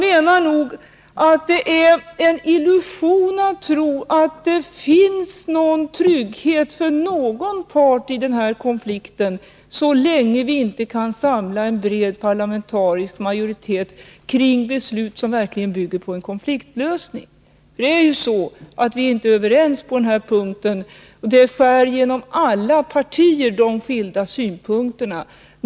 Det är en illusion att tro att det finns någon trygghet för någon part i den här konflikten så länge vi inte kan samla en bred parlamentarisk majoritet kring beslut som verkligen leder till en lösning. Vi är inte överens på den här punkten. De skilda synpunkterna skär igenom alla partier.